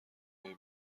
های